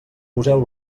poseu